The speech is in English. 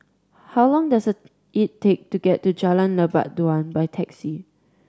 how long does it take to get to Jalan Lebat Daun by taxi